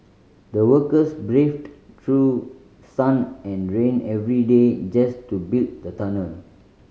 the workers braved through sun and rain every day just to build the tunnel